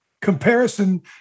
Comparison